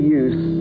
use